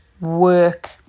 work